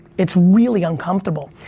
it's really uncomfortable.